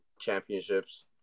championships